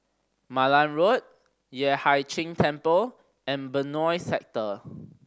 Malan Road Yueh Hai Ching Temple and Benoi Sector